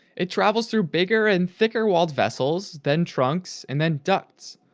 it travels through bigger and thicker-walled vessels, then trunks, and then ducts.